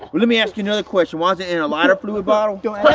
let me ask you another question, why is it in a lighter fluid bottle? don't